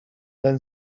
then